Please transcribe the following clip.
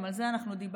גם על זה אנחנו דיברנו,